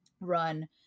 run